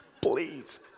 Please